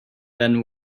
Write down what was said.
then